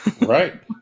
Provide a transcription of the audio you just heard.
Right